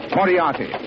Moriarty